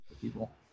people